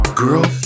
girl